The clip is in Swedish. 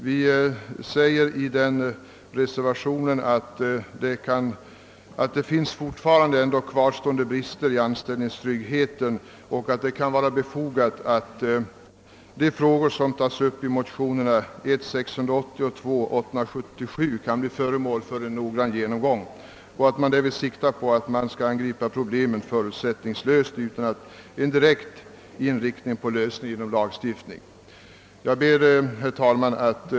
Vi säger i den reservationen att det alltjämt finns en del brister i anställningstryggheten och att det därför är befogat att de frågor som tas upp i motionerna I: 680 och II: 877 blir föremål för en noggrann genomgång, varvid man bör sikta på att angripa problemen förutsättningslöst utan direkt inriktning på lösning genom lagstiftning. Herr talman!